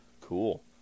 Cool